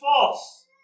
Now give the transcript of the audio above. false